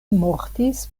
mortis